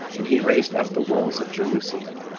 and he raised up the walls of jerusalem.